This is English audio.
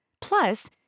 Plus